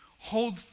hold